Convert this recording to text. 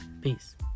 peace